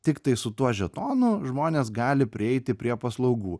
tiktai su tuo žetonu žmonės gali prieiti prie paslaugų